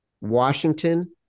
Washington